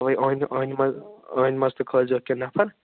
أہٕنٛدِ منٛز أہٕنٛدِ منٛز أہنٛدِ منٛز کھٲلۍزِہوٗکھ کیٚنٛہہ نفر